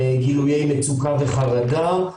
גילויי מצוקה וחרדה,